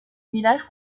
village